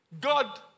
God